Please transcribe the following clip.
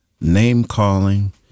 name-calling